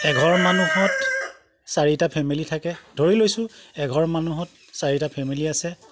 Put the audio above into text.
এঘৰ মানুহত চাৰিটা ফেমিলি থাকে ধৰি লৈছো এঘৰ মানুহত চাৰিটা ফেমিলি আছে